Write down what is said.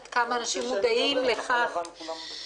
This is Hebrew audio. שהוא ראש הוועדה הבין-משרדית